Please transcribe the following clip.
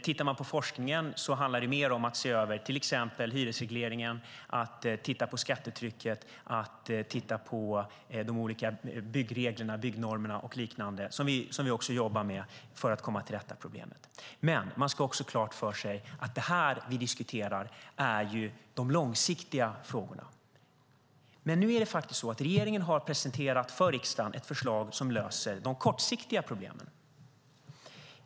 Tittar vi på forskningen ser vi att det mer handlar om att se över hyresregleringen, skattetrycket, byggnormerna och så vidare, vilket vi jobbar med för att komma till rätta med problemet. Man ska ha klart för sig att det vi nu diskuterar är de långsiktiga frågorna. Regeringen har dock för riksdagen presenterat ett förslag som löser de kortsiktiga problemen.